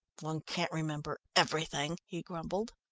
one can't remember everything, he grumbled.